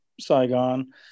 Saigon